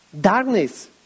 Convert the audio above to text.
darkness